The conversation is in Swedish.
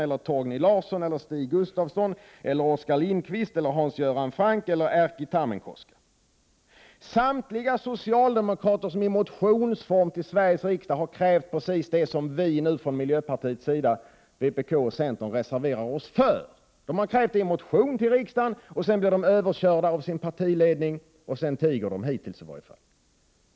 Vi får se om det blir några förändringar på talarlistan, någon kan ju ha glömt att anmäla sig. Samtliga dessa socialdemokrater har i motionsform till Sveriges riksdag krävt precis det som vi från miljöpartiet, vpk och centern nu reserverar oss för. De har alltså krävt detta i motioner, och sedan blir de överkörda av sin partiledning, och sedan tiger de, åtminstone hittills.